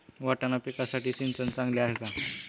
वाटाणा पिकासाठी सिंचन चांगले आहे का?